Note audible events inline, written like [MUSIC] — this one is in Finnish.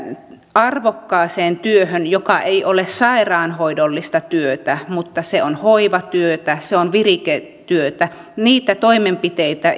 arvokkaaseen työhön joka ei ole sairaanhoidollista työtä mutta se on hoivatyötä se on viriketyötä niitä toimenpiteitä [UNINTELLIGIBLE]